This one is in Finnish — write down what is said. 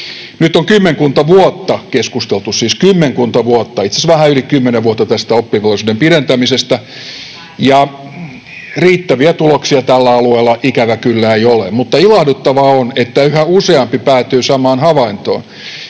Nyt on kymmenkunta vuotta keskusteltu — siis kymmenkunta vuotta, itse asiassa vähän yli kymmenen vuotta — tästä oppivelvollisuuden pidentämisestä, ja riittäviä tuloksia tällä alueella ikävä kyllä ei ole. Mutta ilahduttavaa on, että yhä useampi päätyy samaan havaintoon.